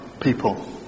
people